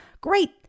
great